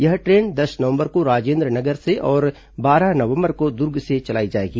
यह ट्रेन दस नवंबर को राजेन्द्र नगर से और बारह नवंबर को दुर्ग से चलाई जाएगी